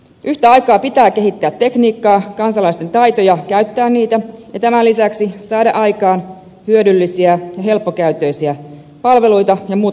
yhtä aikaa pitää kehittää tekniikkaa kansalaisten taitoja käyttää niitä ja tämän lisäksi saada aikaan hyödyllisiä ja helppokäyttöisiä palveluita ja muuta sisältöä